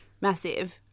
Massive